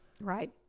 Right